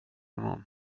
nån